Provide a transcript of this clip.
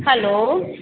hello